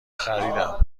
خریدم